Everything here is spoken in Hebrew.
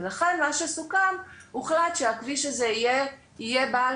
ולכן מה שסוכם הוחלט שהכביש הזה יהיה בעל